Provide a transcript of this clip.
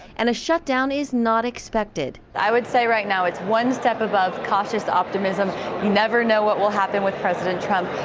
and a shutdown is not expected. i would say right now, it's one step above cautious optimism, you never know what will happen with president trump,